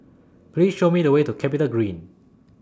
Please Show Me The Way to Capitagreen